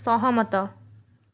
ସହମତ